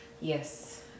Yes